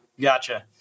Gotcha